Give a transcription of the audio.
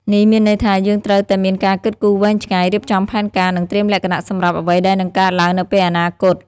នេះមានន័យថា យើងត្រូវតែមានការគិតគូរវែងឆ្ងាយ រៀបចំផែនការ និងត្រៀមលក្ខណសម្រាប់អ្វីដែលនឹងកើតឡើងនៅពេលអនាគត។